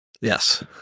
Yes